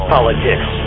Politics